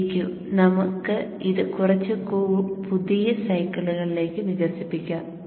Vq നമുക്ക് ഇത് കുറച്ച് പുതിയ സൈക്കിളുകളിലേക്ക് വികസിപ്പിക്കാം